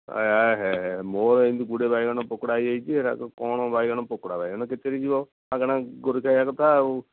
ମୋର ଏମିତି ଗୁଡ଼ାଏ ବାଇଗଣ ପୋକଡ଼ା ହୋଇଯାଇଛି ହେଗୁଡ଼ାକ କ'ଣ ବାଇଗଣ ପୋକଡ଼ା ବାଇଗଣ କେତେରେ ଯିବ ମାଗଣା ଗୋରୁ ଖାଇବା କଥା ଆଉ